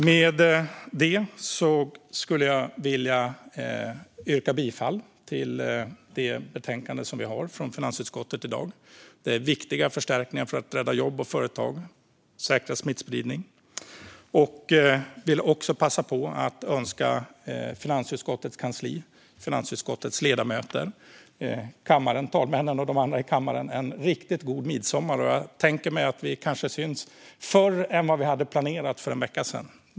Med detta vill jag yrka bifall till förslaget i finansutskottets betänkande. Det handlar om viktiga förstärkningar för att rädda jobb och företag och säkra arbetet mot smittspridningen. Jag vill även passa på att önska finansutskottets kansli, finansutskottets ledamöter, talmännen och övriga i kammaren en riktigt god midsommar. Vi ses kanske tidigare än vad vi hade planerat för en vecka sedan.